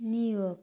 New York